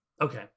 Okay